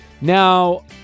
Now